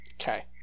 Okay